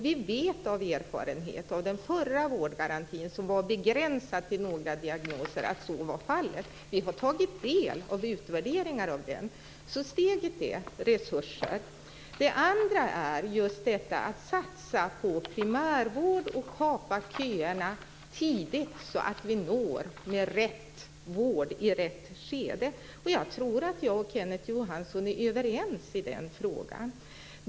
Vi vet av erfarenhet efter den förra vårdgarantin, som var begränsad till några få diagnoser, att så var fallet. Vi har tagit del av utvärderingar av den. Så detta steg handlar om resurser. Det andra är just detta att satsa på primärvård och på att kapa köerna tidigt så att vi når fram med rätt vård i rätt skede. Jag tror att jag och Kenneth Johansson är överens i den frågan.